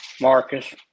Marcus